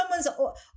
someone's